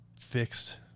fixed